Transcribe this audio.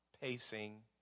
pacing